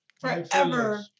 Forever